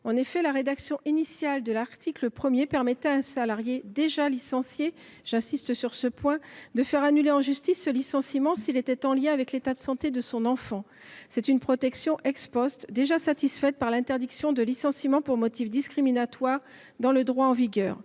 En effet, la rédaction initiale de l’article 1 permettait à un salarié déjà licencié – j’y insiste – de faire annuler en justice son licenciement s’il était en lien avec l’état de santé de son enfant. C’est une protection, déjà satisfaite par l’interdiction de licenciement pour motif discriminatoire dans le droit en vigueur.